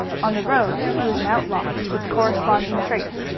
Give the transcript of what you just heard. on the road he was an outlaw, with corresponding traits,